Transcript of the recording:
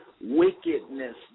Wickedness